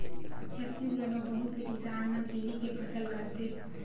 छत्तीसगढ़ म बहुत से किसान मन तिली के फसल करथे